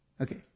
Okay